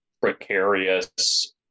precarious